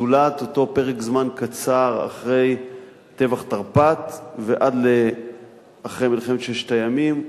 זולת אותו פרק זמן קצר מאחרי טבח תרפ"ט ועד אחרי מלחמת ששת הימים,